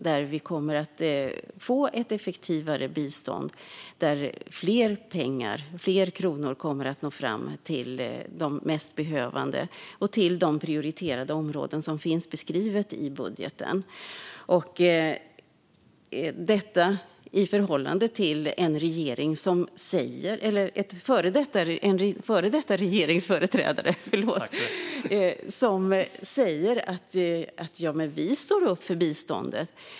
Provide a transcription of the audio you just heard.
Där kommer vi att få ett effektivare bistånd där fler kronor kommer att nå fram till de mest behövande och till de prioriterade områden som finns beskrivna i budgeten. Tomas Eneroth, en före detta regeringsföreträdare, säger att Socialdemokraterna står upp för biståndet.